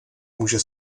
může